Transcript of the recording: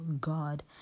God